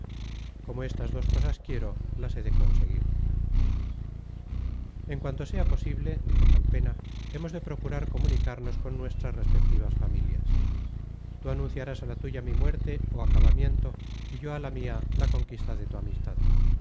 como esas dos cosas quiero las he de conseguir en cuanto sea posible dijo calpena hemos de procurar comunicarnos con nuestras respectivas familias tú anunciarás a la tuya mi muerte o acabamiento y yo a la mía la conquista de tu amistad